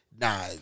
Nah